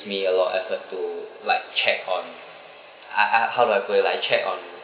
me a lot of effort to like check on I I how do I put it like check on